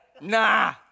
Nah